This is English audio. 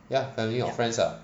ya family or friends lah